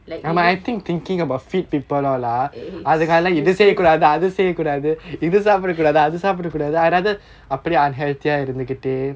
like you look